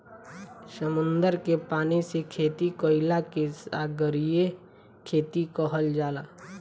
समुंदर के पानी से खेती कईला के सागरीय खेती कहल जाला